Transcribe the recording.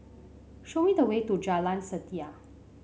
show me the way to Jalan Setia